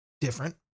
different